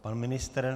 Pan ministr?